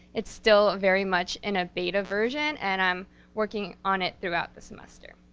it's still very much in a beta version, and i'm working on it throughout the semester.